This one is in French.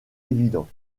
évident